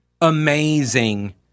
amazing